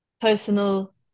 personal